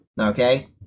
okay